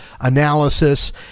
analysis